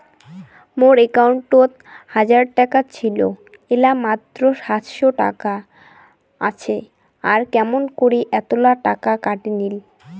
মোর একাউন্টত এক হাজার টাকা ছিল এলা মাত্র সাতশত টাকা আসে আর কেমন করি এতলা টাকা কাটি নিল?